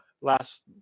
last